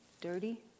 dirty